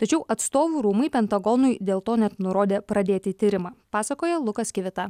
tačiau atstovų rūmai pentagonui dėl to net nurodė pradėti tyrimą pasakoja lukas kivita